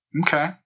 Okay